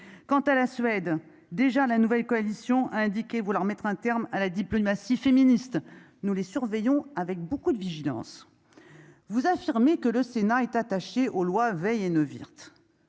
quant à la Suède déjà la nouvelle coalition a indiqué vouloir mettre un terme à la diplomatie féministe, nous les surveillons avec beaucoup de vigilance, vous affirmez que le Sénat est attaché aux lois Veil et Neuwirth.